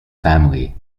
family